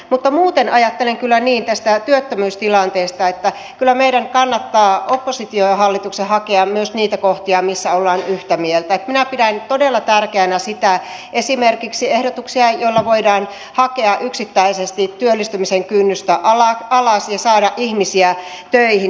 mutta muuten ajattelen tästä työttömyystilanteesta niin että kyllä meidän kannattaa opposition ja hallituksen hakea myös niitä kohtia missä ollaan yhtä mieltä minä pidän todella tärkeänä sitä esimerkiksi ehdotuksia joilla voidaan hakea yksittäisesti työllistymisen kynnystä alas ja saada ihmisiä töihin